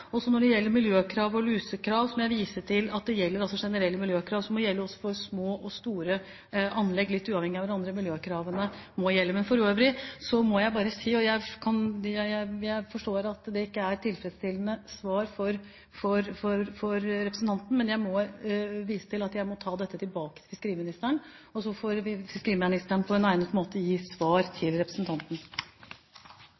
og høringen som er ute. Når det gjelder miljøkrav og lusekrav, må jeg vise til at det gjelder generelle miljøkrav for både små og store anlegg, litt uavhengig av hverandre; miljøkravene må gjelde. Men for øvrig må jeg bare si, og jeg forstår at det ikke er et tilfredsstillende svar for representanten, at jeg må ta dette tilbake til fiskeriministeren, og så får fiskeriministeren på en egnet måte gi svar